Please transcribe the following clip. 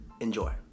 Enjoy